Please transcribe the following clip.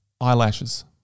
Eyelashes